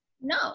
no